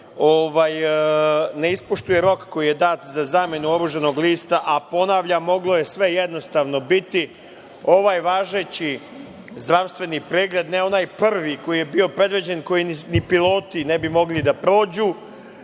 ne ispoštuje rok koji je dat za zamenu oružanog lista, a, ponavljam, moglo je sve jednostavno biti. Ovaj važeći zdravstveni pregled, ne onaj prvi koji je bio predviđen, koji ni piloti ne bi mogli da prođu,